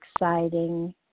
Exciting